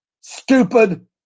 stupid